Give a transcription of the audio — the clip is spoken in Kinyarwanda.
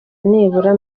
nibura